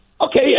Okay